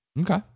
Okay